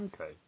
Okay